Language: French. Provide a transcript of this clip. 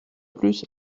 plus